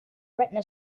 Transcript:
retina